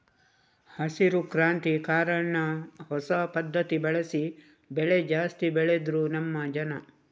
ಹಸಿರು ಕ್ರಾಂತಿ ಕಾರಣ ಹೊಸ ಪದ್ಧತಿ ಬಳಸಿ ಬೆಳೆ ಜಾಸ್ತಿ ಬೆಳೆದ್ರು ನಮ್ಮ ಜನ